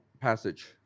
passage